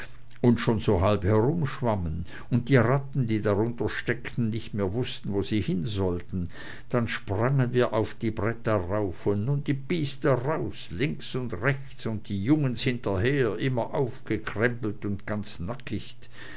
und schon so halb herumschwammen und die ratten die da drunter steckten nicht mehr wußten wo sie hin sollten dann sprangen wir auf die bohlen rauf und nun die biester raus links und rechts und die jungens hinterher immer aufgekrempelt und ganz